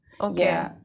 Okay